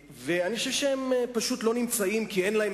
ואני חושב שהם פשוט לא נמצאים כי אין להם